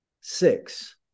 six